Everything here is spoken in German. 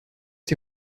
die